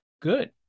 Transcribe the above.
Good